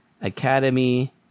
Academy